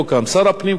כשהעלינו את הנושא,